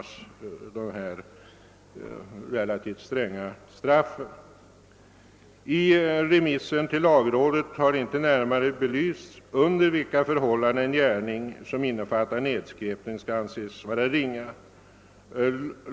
I remissen till lagrådet har inte närmare belysts, under vilka förhållanden gärning som innefattar nedskräpning skall anses vara ringa.